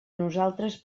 nosaltres